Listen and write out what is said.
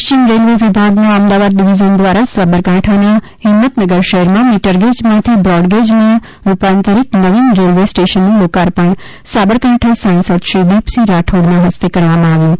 પશ્રિમ railway વિભાગના Ahmedabad division દ્વારા સાબરકાંઠાના હિંમતનગર શહેરમાં મીટરગેજ માંથી બ્રોડગેજમાં રૂપાંતરીત નવિન રેલ્વે સ્ટેશનનું લોકાર્પણ સાબરકાંઠા સાસંદ શ્રી દિપસિંહ રાઠોડના હસ્તે કરવામાં આવ્યું હતું